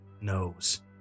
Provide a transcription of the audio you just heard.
knows